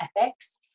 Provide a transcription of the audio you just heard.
ethics